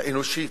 האנושית,